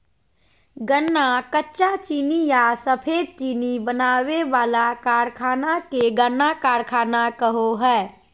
गन्ना कच्चा चीनी या सफेद चीनी बनावे वाला कारखाना के गन्ना कारखाना कहो हइ